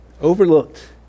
overlooked